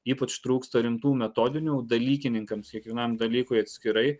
ypač trūksta rimtų metodinių dalykininkams kiekvienam dalykui atskirai